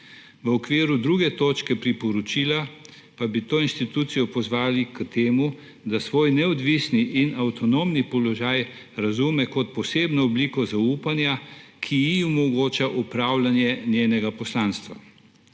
V okviru druge točke priporočila pa bi to institucijo pozvali k temu, da svoj neodvisni in avtonomni položaj razume kot posebno obliko zaupanja, ki ji omogoča opravljanje njenega poslanstva.